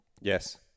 yes